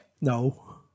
No